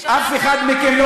אף אחד מכם,